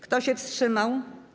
Kto się wstrzymał?